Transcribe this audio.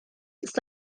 ist